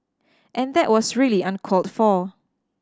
and that was really uncalled for